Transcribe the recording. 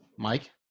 Mike